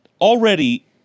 already